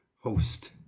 host